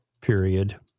period